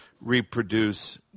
reproduce